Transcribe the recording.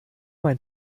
mein